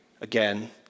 again